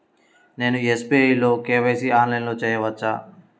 నేను ఎస్.బీ.ఐ లో కే.వై.సి ఆన్లైన్లో చేయవచ్చా?